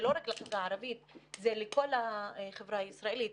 זה לא רק לחברה הערבית, זה לכל החברה הישראלית.